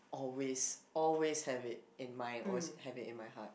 always always have it in my always have it in my heart